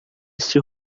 este